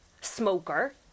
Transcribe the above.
Smoker